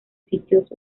sitios